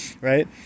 right